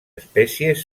espècies